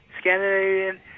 Scandinavian